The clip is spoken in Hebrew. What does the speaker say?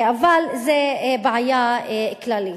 אבל זו בעיה כללית.